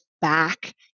back